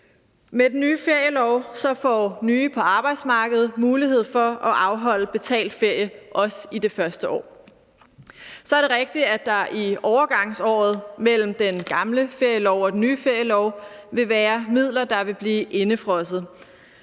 Med den nye ferielov får nye på arbejdsmarkedet mulighed for at afholde betalt ferie, også i det første år. Så er det rigtigt, at der i overgangsåret mellem den gamle ferielov og den nye ferielov vil være midler, der vil blive indefrosset.